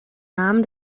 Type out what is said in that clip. namen